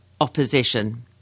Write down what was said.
opposition